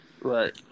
right